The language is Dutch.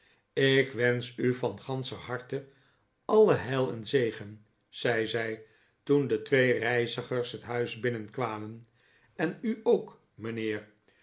ik wensch u van ganscher harte alle heil en zegen zei zij toen de twee reizigers het huis binnenkwamen en u ook mijhhejer